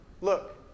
look